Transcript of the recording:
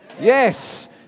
Yes